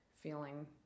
feeling